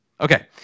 Okay